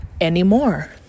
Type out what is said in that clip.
anymore